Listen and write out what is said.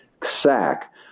sack